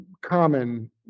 common